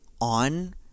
on